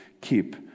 keep